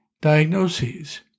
diagnoses